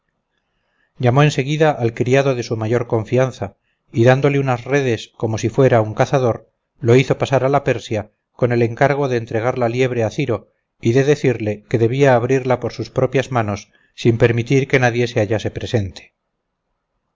llamó en seguida al criado de su mayor confianza y dándole unas redes como si fuera un cazador lo hizo pasar a la persia con el encargo de entregar la liebre a ciro y de decirle que debía abrirla por sus propias manos sin permitir que nadie se hallase presente